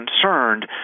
concerned